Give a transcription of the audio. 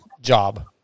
job